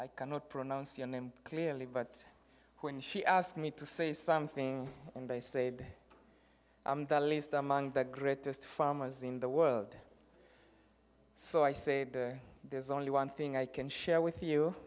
i cannot pronounce your name clearly but when she asked me to say something and i said i'm the least among the greatest farmers in the world so i say there's only one thing i can share with you